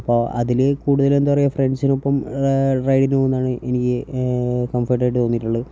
അപ്പോൾ അതിൽ കൂടുതൽ എന്താ പറയുക ഫ്രണ്ട്സിനൊപ്പം റൈഡിനു പോകുന്നതാണ് എനിക്ക് കംഫേർട്ടായിയിട്ട് തോന്നിയിട്ടുള്ളത്